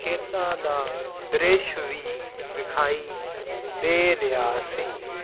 ਖੇਤਾਂ ਦਾ ਦ੍ਰਿਸ਼ ਵੀ ਵਿਖਾਈ ਦੇ ਰਿਹਾ ਸੀ